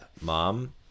mom